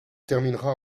terminera